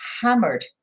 hammered